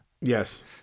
yes